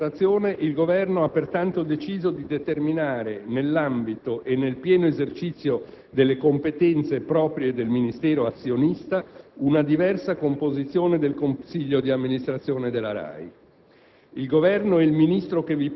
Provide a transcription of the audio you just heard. A fronte di tale constatazione il Governo ha pertanto deciso di determinare, nell'ambito e nel pieno esercizio delle competenze proprie del Ministero azionista, una diversa composizione del Consiglio di amministrazione della RAI.